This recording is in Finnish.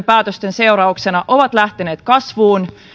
päätösten seurauksena ovat lähteneet kasvuun